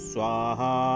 Swaha